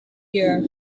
year